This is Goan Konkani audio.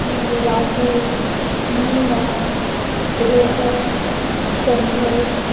एण्ड राहुल मिना रोहन संदर्श